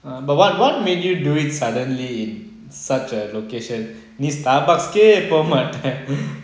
um but what what made you do it suddenly such a location நீ:nee Starbucks கே போமாட்டா:kae poomaata